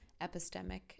Epistemic